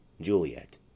JULIET